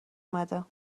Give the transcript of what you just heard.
اومد